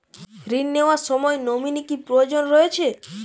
ঋণ নেওয়ার সময় নমিনি কি প্রয়োজন রয়েছে?